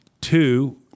Two